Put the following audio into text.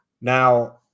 Now